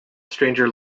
stranger